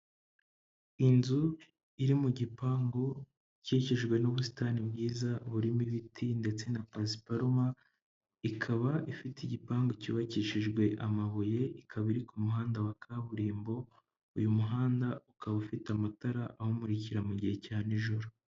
Inzu iri mu gipangu ikikijwe n'ubusitani bwiza burimo ibiti ndetse na paransparuma, ikaba ifite igipangu cyubakishijwe amabuye, ikaba iri ku muhanda wa kaburimbo, uyu muhanda ukaba ufite amatara ahumurikira mu gihe cya nijoro.